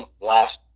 last